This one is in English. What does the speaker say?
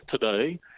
today